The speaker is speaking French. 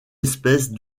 espèce